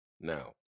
Now